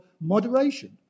moderation